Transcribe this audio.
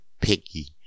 picky